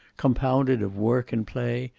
compounded of work and play,